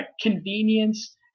convenience